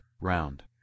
Round